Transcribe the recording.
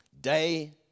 day